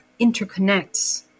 interconnects